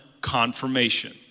confirmation